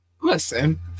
Listen